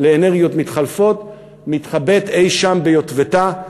לאנרגיות מתחלפות מתחבאת אי-שם ביוטבתה.